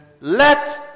let